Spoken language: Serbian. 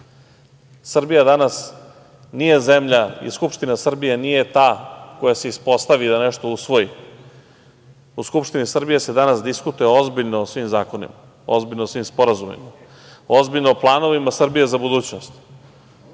svemu. Srbija danas nije zemlja, i Skupština Srbije, nije ta koja se ispostavi da nešto usvoji. U Skupštini Srbije se danas diskutuje ozbiljno o svim zakonima, ozbiljno o svim sporazumima, ozbiljno o planovima Srbije za budućnost.